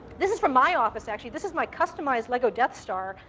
this is from my office, actually. this is my customized lego death star.